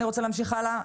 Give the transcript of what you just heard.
אני רוצה להמשיך הלאה.